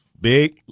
Big